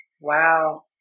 wow